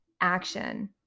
action